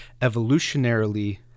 evolutionarily